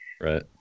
Right